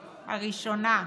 הראשונה,